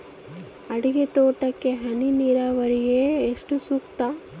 ಅಡಿಕೆ ತೋಟಕ್ಕೆ ಹನಿ ನೇರಾವರಿಯೇ ಏಕೆ ಸೂಕ್ತ?